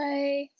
Bye